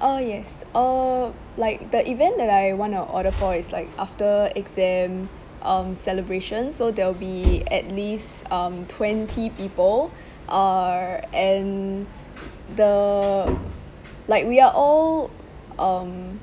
uh yes err like the event that I want to order for it's like after exam um celebration so there'll be at least um twenty people err and the like we are all um